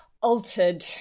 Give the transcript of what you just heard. altered